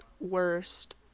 worst